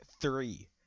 three